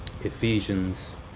Ephesians